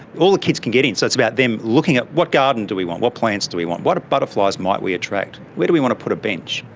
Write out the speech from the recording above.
all the kids can get in, so it's about them looking at what garden do we want, what plants do we want, what butterflies might we attract, where do we want to put a bench,